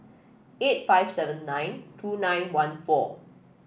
eight five seven nine two nine one four